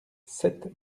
sept